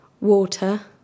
water